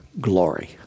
glory